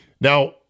Now